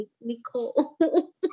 Nicole